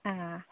ꯑꯥ